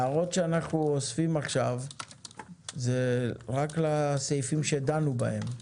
הערות שאנו אוספים עכשיו זה רק לסעיפים שדנו בהם.